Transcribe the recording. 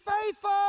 faithful